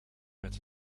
met